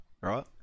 right